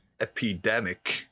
epidemic